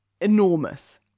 enormous